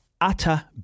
utter